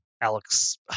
Alex